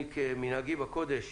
אני כמנהגי בקודש